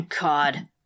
God